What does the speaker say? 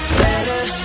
better